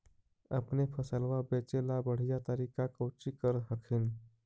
अपने फसलबा बचे ला बढ़िया तरीका कौची कर हखिन?